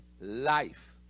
life